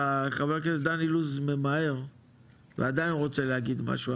חבר הכנסת דן אילוז ממהר ועדיין רוצה להגיד משהו,